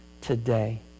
today